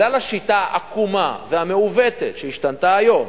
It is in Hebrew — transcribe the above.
בגלל השיטה העקומה והמעוותת, שהשתנתה היום,